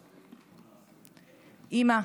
אימא,